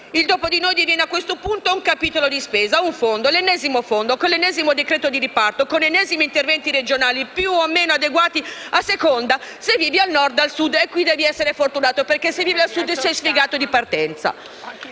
Il "dopo di noi" diviene a questo punto un capitolo di spesa, un fondo, l'ennesimo, con l'ennesimo decreto di riparto e gli stessi interventi regionali, più o meno adeguati a seconda se vivi al Nord o al Sud. Qui devi essere fortunato perché, se vivi al Sud, sei sfigato in partenza.